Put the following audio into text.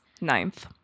ninth